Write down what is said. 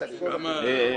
את מבינה?